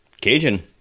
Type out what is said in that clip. Cajun